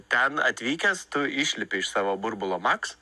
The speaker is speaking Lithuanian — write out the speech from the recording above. ten atvykęs tu išlipi iš savo burbulo maks